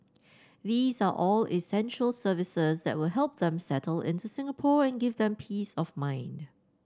these are all essential services that will help them settle into Singapore and give them peace of mind